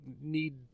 need